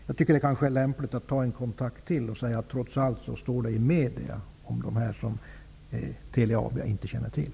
Jag tycker att det vore lämpligt att kommunikationsministern tog kontakt en gång till och påpekade att det trots allt har rapporterats i medierna om de här fallen som Telia AB inte känner till.